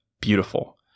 beautiful